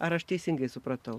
ar aš teisingai supratau